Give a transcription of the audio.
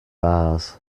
bars